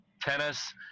tennis